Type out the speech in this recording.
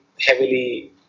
heavily